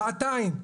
שעתיים.